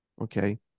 okay